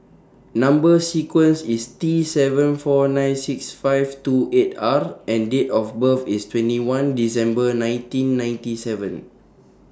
Number sequence IS T seven four nine six five two eight R and Date of birth IS twenty one December nineteen ninety seven